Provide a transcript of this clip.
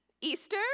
Easter